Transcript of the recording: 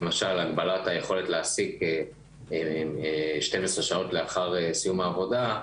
למשל הגבלת היכולת להעסיק 12 שעות לאחר סיום העבודה,